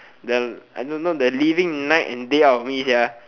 the I don't know the living night and day out of me sia